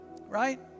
right